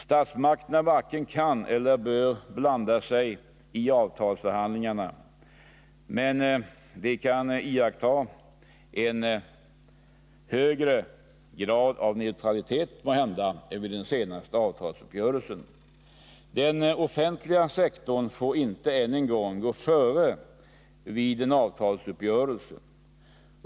Statsmakterna varken kan eller bör blanda sig i avtalsförhandlingarna, men de kan måhända iaktta en högre grad av neutralitet än vid den senaste avtalsuppgörelsen. Den offentliga sektorn får inte än en gång gå före vid en avtalsuppgörelse.